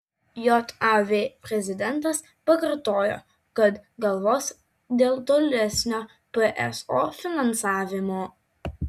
jav prezidentas pakartojo kad galvos dėl tolesnio pso finansavimo